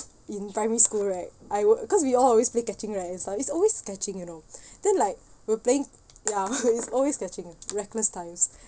in primary school right I wa~ cause we all always play catching right and stuff it's always catching you know then like we're playing ya it's always catching ah reckless times